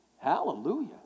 Hallelujah